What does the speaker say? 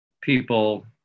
people